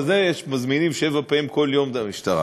על זה מזמינים שבע פעמים כל יום את המשטרה.